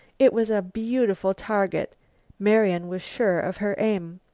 it was a beautiful target marian was sure of her aim.